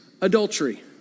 adultery